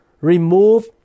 remove